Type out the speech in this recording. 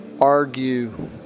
argue